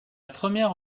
première